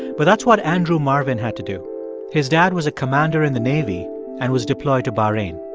but that's what andrew marvin had to do his dad was a commander in the navy and was deployed to bahrain.